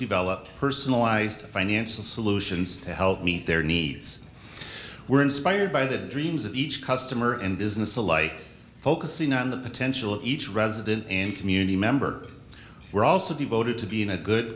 develop personalized financial solutions to help meet their needs were inspired by the dreams of each customer and business alike focusing on the potential of each resident and community member were also devoted to being a good